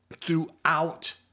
throughout